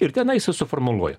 ir tenai jisai suformuluoja